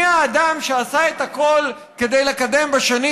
מה האדם שעשה את הכול כדי לקדם בשנים